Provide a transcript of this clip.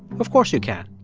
of course you can.